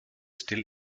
still